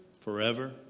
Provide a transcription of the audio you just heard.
forever